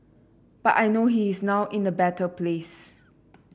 but I know he is now in a better place